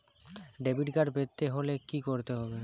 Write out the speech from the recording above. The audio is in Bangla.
ডেবিটকার্ড পেতে হলে কি করতে হবে?